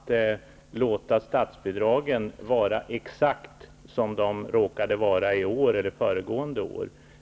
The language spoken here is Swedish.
Herr talman! Vad är det för vishet i att låta statsbidragen vara på exakt samma nivå som de råkade vara i år eller föregående år?